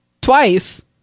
twice